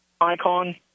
icon